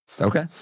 Okay